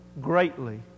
greatly